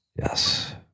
Yes